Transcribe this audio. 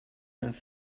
enough